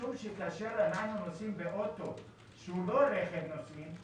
משום שכאשר אנחנו נוסעים באוטו שהוא לא רכב נוסעים,